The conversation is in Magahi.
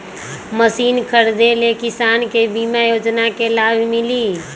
मशीन खरीदे ले किसान के बीमा योजना के लाभ मिली?